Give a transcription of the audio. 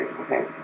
Okay